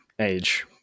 age